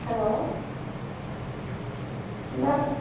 hello ma'am